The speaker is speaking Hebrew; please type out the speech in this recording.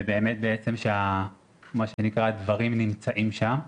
ובאמת הדברים נמצאים שם.